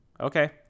Okay